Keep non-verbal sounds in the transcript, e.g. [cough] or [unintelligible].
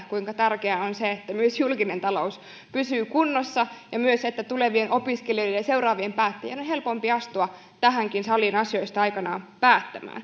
[unintelligible] kuinka tärkeää on se että julkinen talous pysyy kunnossa ja myös se että tulevien opiskelijoiden ja seuraavien päättäjien on helpompi astua tähänkin saliin asioista aikanaan päättämään [unintelligible]